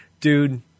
Dude